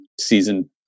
season